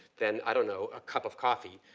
than i don't know, a cup of coffee.